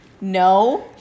No